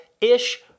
Ish